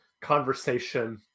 conversation